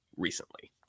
recently